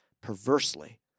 perversely